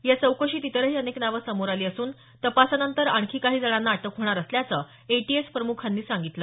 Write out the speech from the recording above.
या चौकशीत इतरही अनेक नावं समारे आली असून तपासानंतर आणखी काही जणांना अटक होणार असल्याचं एटीएस प्रमुखांनी सांगितलं